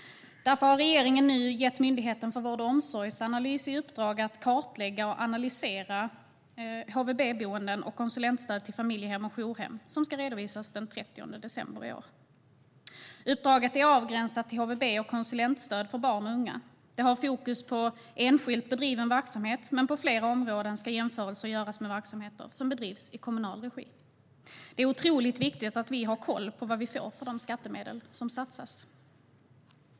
Därför har regeringen nu gett Myndigheten för vård och omsorgsanalys i uppdrag att kartlägga och analysera HVB och konsulentstöd till familjehem och jourhem. Detta ska redovisas senast den 30 december i år. Uppdraget är avgränsat till HVB och konsulentstöd för barn och unga. Det har fokus på enskilt bedriven verksamhet, men på flera områden ska jämförelser göras med verksamheter som bedrivs i kommunal regi. Det är otroligt viktigt att vi har koll på vad vi får för de skattemedel som satsas.